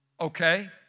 Okay